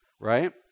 right